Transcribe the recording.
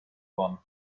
bahn